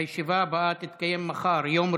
הישיבה הבאה תתקיים מחר,